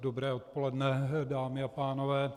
Dobré odpoledne, dámy a pánové.